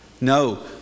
No